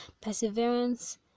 perseverance